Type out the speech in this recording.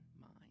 mind